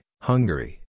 Hungary